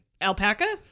Alpaca